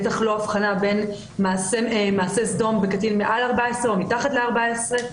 בטח לא הבחנה בין מעשה סדום בקטין מעל 14 או מתחת ל-14.